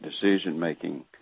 decision-making